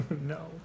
No